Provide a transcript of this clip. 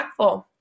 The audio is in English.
impactful